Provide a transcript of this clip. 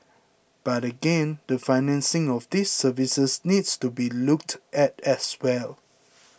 but again the financing of these services needs to be looked at as well